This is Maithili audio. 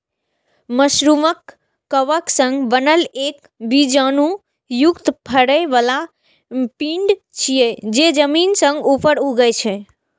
मशरूम कवक सं बनल एक बीजाणु युक्त फरै बला पिंड छियै, जे जमीन सं ऊपर उगै छै